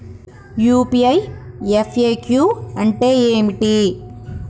UPI FAQ అంటే ఏమిటి?